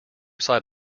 side